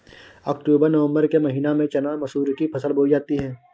अक्टूबर नवम्बर के महीना में चना मसूर की फसल बोई जाती है?